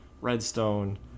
redstone